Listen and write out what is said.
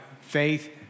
faith